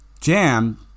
jam